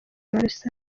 rusange